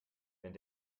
wenn